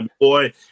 boy